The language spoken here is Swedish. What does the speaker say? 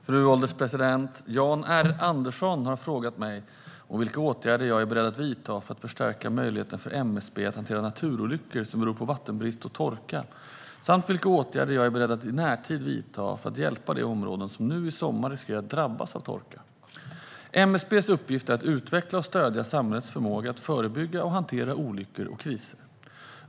Fru ålderspresident! Jan R Andersson har frågat mig vilka åtgärder jag är beredd att vidta för att förstärka möjligheten för MSB att hantera naturolyckor som beror på vattenbrist och torka samt vilka åtgärder jag är beredd att i närtid vidta för att hjälpa de områden som nu i sommar riskerar att drabbas av torka. MSB:s uppgift är att utveckla och stödja samhällets förmåga att förebygga och hantera olyckor och kriser.